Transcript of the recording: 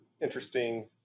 Interesting